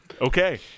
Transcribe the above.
Okay